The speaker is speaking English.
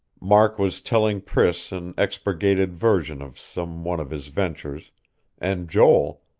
mark was telling priss an expurgated version of some one of his adventures and joel,